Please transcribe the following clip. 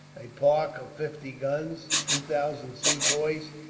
a park of fifty guns, two thousand sepoys,